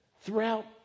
Throughout